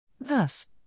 Thus